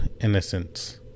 Innocence